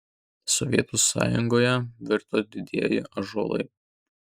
sovietų sąjungoje virto didieji ąžuolai